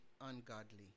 ungodly